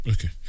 Okay